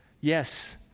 yes